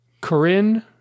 Corinne